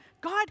God